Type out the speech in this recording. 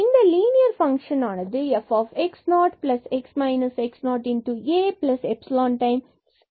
இந்த linear function ஆனது fAϵx x0ஆகும்